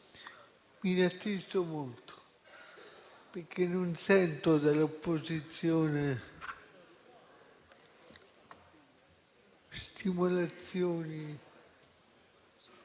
mi rattristo molto perché non sento dalle opposizioni stimolazioni